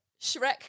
Shrek